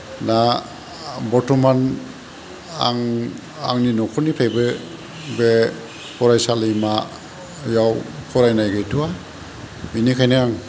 दा बर्तमान आं आंनि नखरनिफ्रायबो बे फरायसालिमायाव फरायनाय गैथ'वा बिनिखायनो